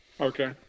Okay